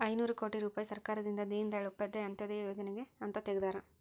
ಐನೂರ ಕೋಟಿ ರುಪಾಯಿ ಸರ್ಕಾರದಿಂದ ದೀನ್ ದಯಾಳ್ ಉಪಾಧ್ಯಾಯ ಅಂತ್ಯೋದಯ ಯೋಜನೆಗೆ ಅಂತ ತೆಗ್ದಾರ